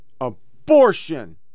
abortion